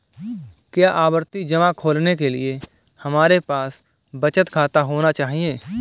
क्या आवर्ती जमा खोलने के लिए हमारे पास बचत खाता होना चाहिए?